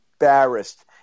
Embarrassed